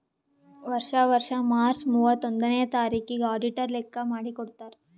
ವರ್ಷಾ ವರ್ಷಾ ಮಾರ್ಚ್ ಮೂವತ್ತೊಂದನೆಯ ತಾರಿಕಿಗ್ ಅಡಿಟರ್ ಲೆಕ್ಕಾ ಮಾಡಿ ಕೊಡ್ತಾರ್